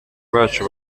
bacu